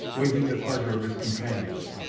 waiting the pleasure of his companions.